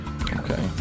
Okay